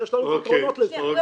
שיש לנו פתרונות לזה.